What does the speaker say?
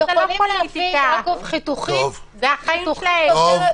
זה לא פופוליטיקה, זה החיים שלהם.